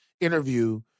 interview